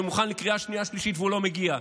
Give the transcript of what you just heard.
שמוכן לקריאה שנייה ושלישית והוא לא מגיע,